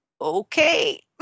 okay